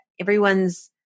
everyone's